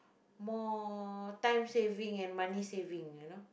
more time saving and money saving you know